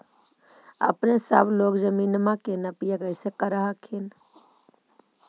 अपने सब लोग जमीनमा के नपीया कैसे करब हखिन?